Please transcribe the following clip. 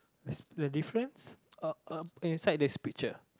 the difference uh um inside this picture